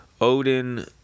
Odin